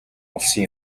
олсон